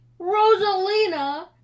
Rosalina